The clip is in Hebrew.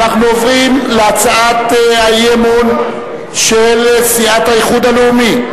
אנחנו עוברים להצעת האי-אמון של סיעת האיחוד הלאומי,